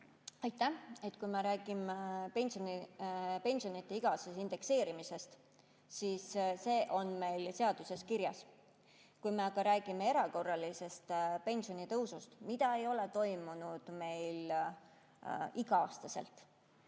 Aitäh! Kui me räägime pensionide iga-aastasest indekseerimisest, siis see on meil seaduses kirjas. Kui me aga räägime erakorralisest pensionitõusust, mida ei ole toimunud igal aastal,